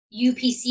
UPC